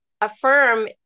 affirm